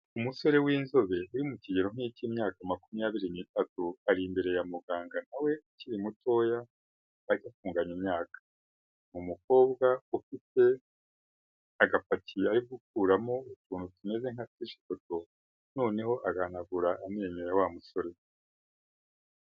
Umusore w'inzobe uri mu kigero nk'icy'imyaka makumyabiri n'itatu ari imbere ya muganga nawe we ukiri mutoya bajya kunganya imyaka. Ni umukobwa ufite agapaki ari gukuramo utuntu tumeze nka tijekoto noneho agahanagura amwenyo ya wa musore.